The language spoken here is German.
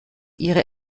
ihre